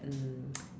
mm